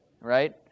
right